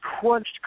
crunched